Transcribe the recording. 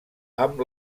amb